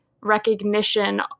recognition